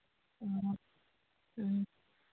ꯑꯣ ꯎꯝ